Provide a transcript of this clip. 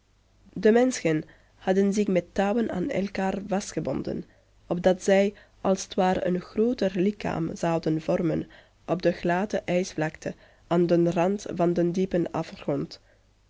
de menschen hadden zich met touwen aan elkaar vastgebonden opdat zij als t ware een grooter lichaam zouden vormen op de gladde ijsvlakte aan den rand van den diepen afgrond